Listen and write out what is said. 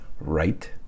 right